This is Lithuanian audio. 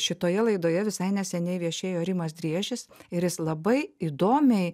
šitoje laidoje visai neseniai viešėjo rimas driežis ir jis labai įdomiai